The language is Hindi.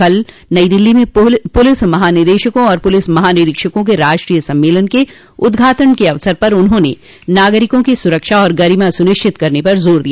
कल नई दिल्ली में पूलिस महानिदेशकों और पुलिस महानिरीक्षकों के राष्ट्रीय सम्मेलन के उदघाटन के अवसर पर उन्होंने नागरिकों की सुरक्षा और गरिमा सुनिश्चित करने पर जोर दिया